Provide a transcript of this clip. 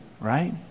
right